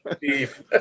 beef